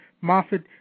Moffat